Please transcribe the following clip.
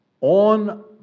on